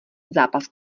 zápas